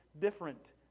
different